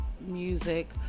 music